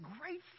great